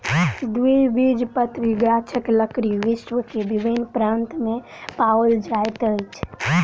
द्विबीजपत्री गाछक लकड़ी विश्व के विभिन्न प्रान्त में पाओल जाइत अछि